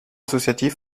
associatif